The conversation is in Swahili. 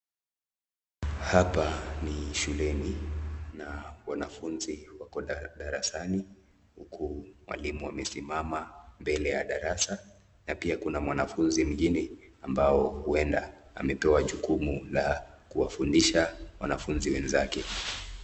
Hapa ni shuleni na wanafunzi wako darasani huku mwalimu amesimama mbele ya darasa na pia Kuna mwanafunzi mgeni ambao uenda ametoa jukumu ya kuwafundisha wanafunzi wenzake.